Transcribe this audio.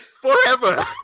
forever